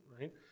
right